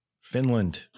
Finland